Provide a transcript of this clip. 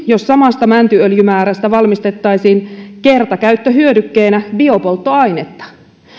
jos samasta mäntyöljymäärästä valmistettaisiin kertakäyttöhyödykkeenä biopolttoainetta